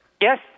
Yes